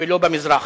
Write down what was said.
ולא במזרח.